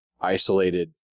isolated